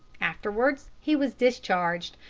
afterwards he was discharged,